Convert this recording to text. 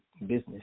business